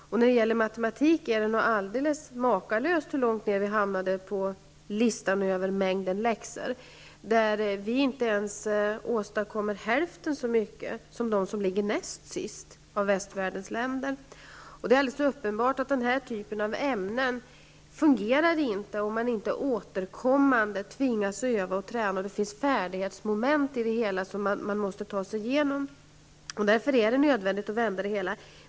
Och när det gäller matematik hamnar vi makalöst långt ner på listan över mängden läxor. Vi i Sverige åstadkommer inte ens hälften så mycket som det land som ligger näst sist av västvärldens länder. Och det är alldeles uppenbart att den här typen av ämnen inte fungerar om man inte återkommande tvingas öva och träna och om det inte finns färdighetsmoment som man måste ta sig igenom. Därför är det nödvändigt att ändra på detta.